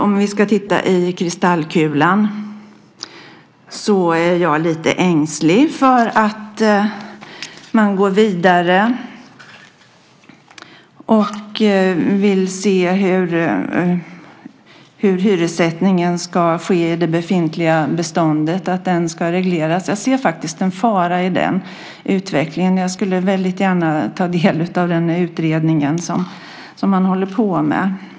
Om vi ska titta i kristallkulan är jag lite ängslig för att man går vidare och vill se över hur hyressättningen ska ske i det befintliga beståndet och att den ska regleras. Jag ser faktiskt en fara i den utvecklingen. Jag skulle väldigt gärna vilja ta del av den utredning som man håller på med.